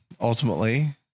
ultimately